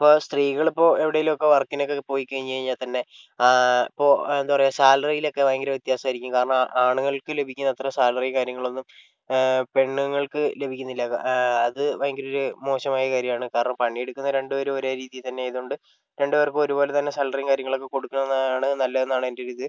ഇപ്പോൾ സ്ത്രീകൾ ഇപ്പോൾ എവിടെയെങ്കിലും ഒക്കെ വർക്കിന് ഒക്കെ പോയി കഴിഞ്ഞ് കഴിഞ്ഞാൽ തന്നെ അപ്പോൾ എന്താ പറയുക സാലറിയിലൊക്കെ ഭയങ്കര വ്യത്യാസം ആയിരിക്കും കാരണം ആണുങ്ങൾക്ക് ലഭിക്കുന്ന അത്ര സാലറിയും കാര്യങ്ങളൊന്നും പെണ്ണുങ്ങൾക്ക് ലഭിക്കുന്നില്ല അത് ഭയങ്കര ഒരു മോശമായ കാര്യമാണ് കാരണം പണിയെടുക്കുന്ന രണ്ട് പേരും ഒരേ രീതിയിൽ തന്നെ ആയത് കൊണ്ട് രണ്ടു പേർക്കും ഒരുപോലെ തന്നെ സാലറിയും കാര്യങ്ങളും ഒക്കെ കൊടുക്കണം എന്നതാണ് നല്ലത് എന്നതാണ് എൻ്റെ ഒരു ഇത്